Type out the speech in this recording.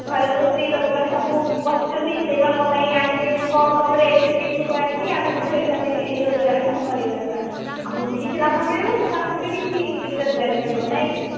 ଘରେ ଯେଉଁ ସ୍ତ୍ରୀଲୋକମାନେ ସବୁ ବସିଛନ୍ତି ସେହିମାନଙ୍କ ପାଇଁ ଆଣିବି କମ କମ ରେଟ୍ ସେହିଠି ସବୁ ଆଣିକି ଆମେ ମଧ୍ୟ ଏହି ମାନେ ଏହି ରୋଜଗାରକ୍ଷମ କରାଇ ପାରିବା ଆମକୁ ବି କିଛି ଲାଭ ମିଳିବ ସେମାନଙ୍କୁ ବି କିଛି ରୋଜଗାର ମିଳିବ ନାହିଁକି